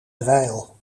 dweil